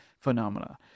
phenomena